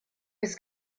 his